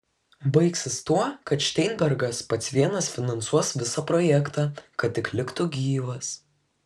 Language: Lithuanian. baigsis tuo kad šteinbergas pats vienas finansuos visą projektą kad tik liktų gyvas